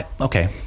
Okay